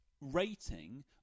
rating